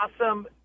awesome